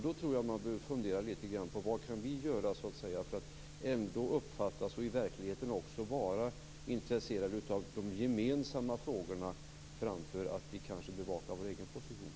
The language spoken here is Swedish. Då tror jag att man lite grann behöver fundera på vad vi kan göra för att så att säga ändå uppfattas som, och i verkligheten också vara, intresserade av de gemensamma frågorna framför att vi kanske bevakar vår egen position.